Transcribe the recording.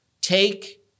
Take